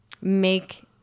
make